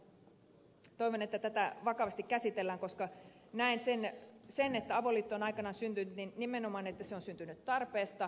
toivon että tätä vakavasti käsitellään koska näen että kun avoliitto on aikanaan syntynyt niin se on nimenomaan syntynyt tarpeesta